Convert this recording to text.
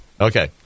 okay